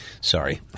Sorry